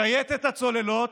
שייטת הצוללות?